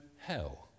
hell